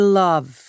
love